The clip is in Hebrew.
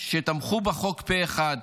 שתמכו בחוק פה אחד,